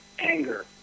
anger